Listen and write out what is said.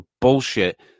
bullshit